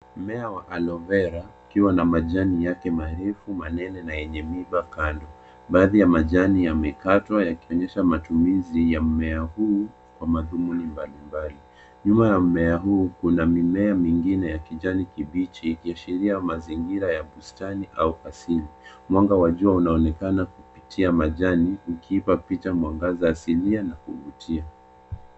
Mmea wa aloe vera ukiwa na majani yake marefu manene na yenye mimba kando baadhi ya majani yamekatwa yakionyesha matumizi ya mmea huu kwa madhumuni mbalimbali. Nyuma ya mmea huu kuna mimea mingine ya kijani kibichi ikiashiria mazingira ya bustani au asili. Mwanga wa jua unaonekana kupitia majani ukiipa picha mwangaza asilia na kuvutia.